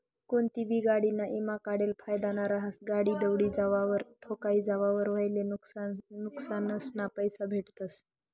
कोनतीबी गाडीना ईमा काढेल फायदाना रहास, गाडी दवडी जावावर, ठोकाई जावावर व्हयेल नुक्सानना पैसा भेटतस